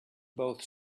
both